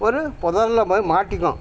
ஒரு புதர்ல போய் மாட்டிக்கும்